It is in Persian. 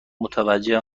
متوجه